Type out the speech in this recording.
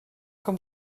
com